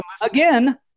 again